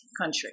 country